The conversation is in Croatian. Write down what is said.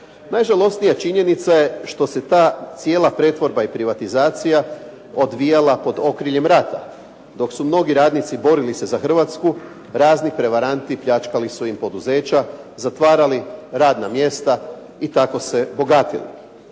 Najžalosnije činjenica je što se ta cijela pretvorba i privatizacija odvijala pod okriljem rata, dok su mnogi radnici borili se za Hrvatsku razni prevaranti pljačkali su im poduzeća, zatvarali radna mjesta i tako se bogatili.